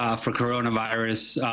um for coronavirus.